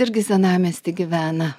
irgi senamiesty gyvena